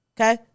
Okay